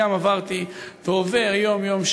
גם עברתי ועובר יום-יום,